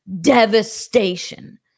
devastation